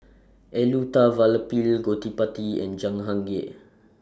Elattuvalapil Gottipati and Jahangir